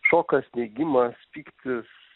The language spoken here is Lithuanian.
šokas neigimas pyktis